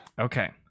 Okay